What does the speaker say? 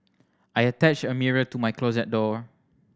I attached a mirror to my closet door